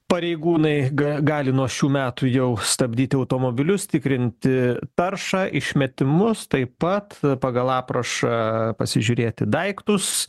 pareigūnai ga gali nuo šių metų jau stabdyti automobilius tikrinti taršą išmetimus taip pat pagal aprašą pasižiūrėti daiktus